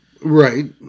Right